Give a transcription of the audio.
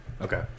Okay